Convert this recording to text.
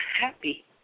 happy